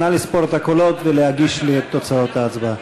נא לספור את הקולות ולהגיש לי את תוצאות ההצבעה.